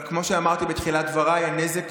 אבל כמו שאמרתי בתחילת דבריי, הנזק